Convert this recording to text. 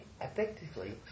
effectively